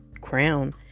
crown